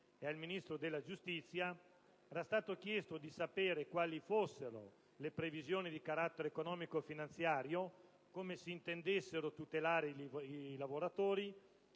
e al Ministro della giustizia, era stato chiesto di sapere quali fossero le previsioni di carattere economico-finanziario, come i Ministri in indirizzo intendessero tutelare i lavoratori